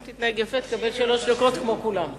אם תתנהג יפה, תקבל שלוש דקות כמו כולם.